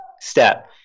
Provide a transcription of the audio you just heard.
step